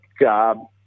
job